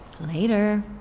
Later